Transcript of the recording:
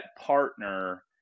partner